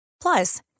Plus